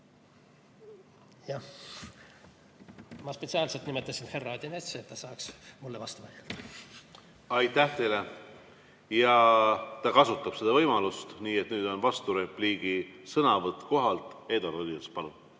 Ma spetsiaalselt nimetasin härra Odinetsi, et ta saaks mulle vastu vaielda. Aitäh teile! Ja ta kasutab seda võimalust, nii et nüüd on vasturepliigi sõnavõtt kohalt. Eduard Odinets, palun!